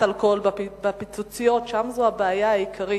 האלכוהול ב"פיצוציות"; שם זו הבעיה העיקרית.